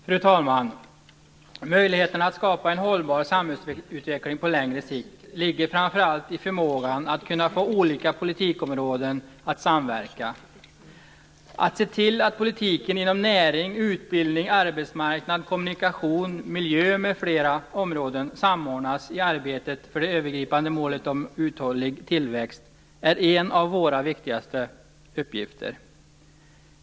Fru talman! Möjligheterna att skapa en hållbar samhällsutveckling på längre sikt ligger framför allt i förmågan att få olika politikområden att samverka. Att se till att politiken inom bl.a. närings-, utbildnings-, arbetsmarknads-, kommunikations och miljöområdena samordnas i arbetet med det övergripande målet om en uthållig tillväxt är en av våra viktigaste uppgifter.